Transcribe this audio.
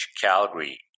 Calgary